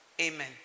Amen